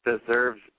deserves